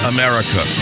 America